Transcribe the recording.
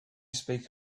speak